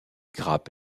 grappes